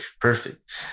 Perfect